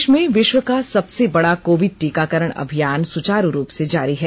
देश में विश्व का सबसे बड़ा कोविड टीकाकरण अभियान सुचारू रूप से जारी है